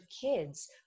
kids